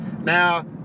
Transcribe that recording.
Now